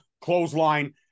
Clothesline